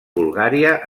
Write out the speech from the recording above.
bulgària